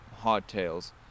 hardtails